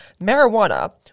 marijuana